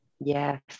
Yes